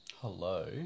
Hello